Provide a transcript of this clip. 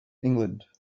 england